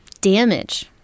damage